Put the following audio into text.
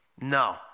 no